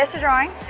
but drawing,